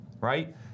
right